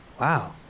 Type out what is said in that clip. Wow